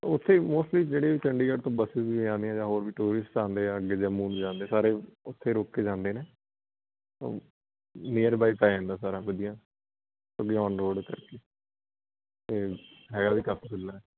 ਉੱਥੇ ਮੋਸਟਲੀ ਜਿਹੜੇ ਚੰਡੀਗੜ੍ਹ ਤੋਂ ਬਸਿਜ ਵੀ ਆਉਂਦੀਆਂ ਜਾਂ ਹੋਰ ਵੀ ਟੂਰਿਸਟ ਆਉਂਦੇ ਆ ਅੱਗੇ ਜੰਮੂ ਜਾਂਦੇ ਸਾਰੇ ਉੱਥੇ ਰੁਕ ਕੇ ਜਾਂਦੇ ਨੇ ਉਹ ਨੀਅਰਬਾਏ ਪੈ ਜਾਂਦਾ ਸਾਰਾ ਵਧੀਆ ਅੱਗੇ ਔਨ ਰੋਡ ਕਰਕੇ ਅਤੇ ਹੈਗਾ ਵੀ ਕਾਫੀ ਖੁੱਲ੍ਹਾ